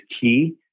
key